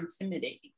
intimidating